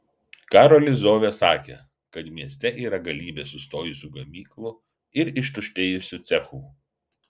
karolis zovė sakė kad mieste yra galybė sustojusių gamyklų ir ištuštėjusių cechų